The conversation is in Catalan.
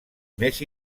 més